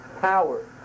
power